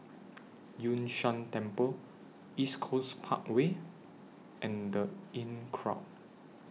Yun Shan Temple East Coast Parkway and The Inncrowd